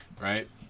right